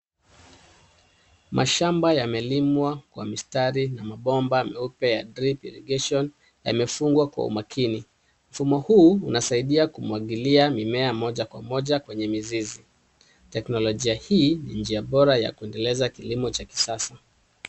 Mashamba yamelimwa kwa mistari na mabomba meupe ya drip irrigation yamefungwa kwa umakini. Mfumo huu unasaidia kumwagilia mimea moja kwa moja kwenye mizizi. Teknolojia hii ni njia bora ya kuendeleza kilimo cha kisasa.